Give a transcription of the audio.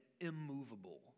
immovable